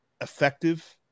effective